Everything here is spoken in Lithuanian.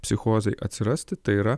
psichozei atsirasti tai yra